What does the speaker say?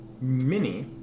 mini